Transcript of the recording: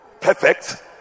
perfect